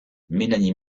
melanie